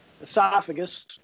esophagus